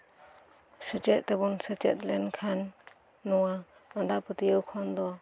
ᱥᱮᱪᱮᱫ ᱛᱮᱵᱚᱱ ᱥᱮᱪᱮᱫ ᱞᱮᱱᱠᱷᱟᱱ ᱱᱚᱣᱟ ᱟᱸᱫᱷᱟ ᱯᱟᱹᱛᱭᱟᱹᱣ ᱠᱷᱚᱱ ᱫᱚ